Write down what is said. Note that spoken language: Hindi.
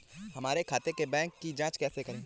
हमारे खाते के बैंक की जाँच कैसे करें?